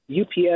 UPS